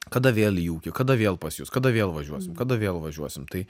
kada vėl į ūkį kada vėl pas jus kada vėl važiuosim kada vėl važiuosim tai